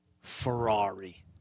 Ferrari